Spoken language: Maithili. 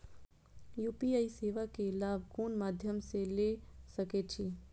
यू.पी.आई सेवा के लाभ कोन मध्यम से ले सके छी?